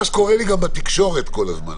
בית המשפט רשאי להורות על איסור לבצע עסקאות מסוימות,